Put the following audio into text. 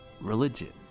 religion